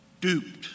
duped